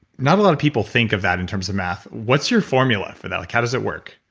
not a lot of people think of that in terms of math what's your formula for that, like how does it work?